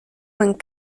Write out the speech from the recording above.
vingt